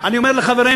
כמו